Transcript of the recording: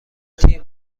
تیم